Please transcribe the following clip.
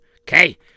Okay